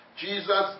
Jesus